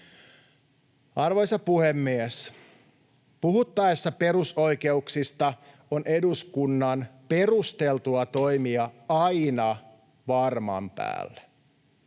Arvoisa puhemies! Puhuttaessa perusoikeuksista on eduskunnan perusteltua toimia aina varman päälle.